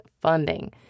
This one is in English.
funding